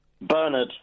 Bernard